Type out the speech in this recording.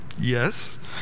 yes